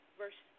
verse